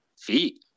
feet